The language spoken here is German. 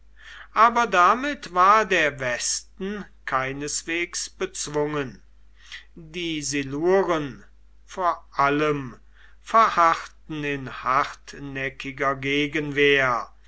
aber damit war der westen keineswegs bezwungen die siluren vor allem verharrten in hartnäckiger gegenwehr